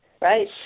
right